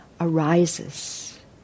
arises